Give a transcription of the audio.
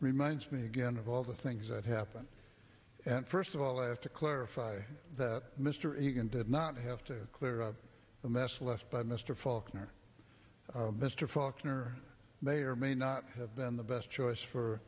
reminds me again of all the things that happened and first of all i have to clarify that mr reagan did not have to clear up the mess left by mr faulkner mr faulkner may or may not have been the best choice for